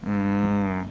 mmhmm